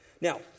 Now